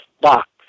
box